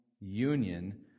union